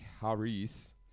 Harris